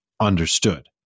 understood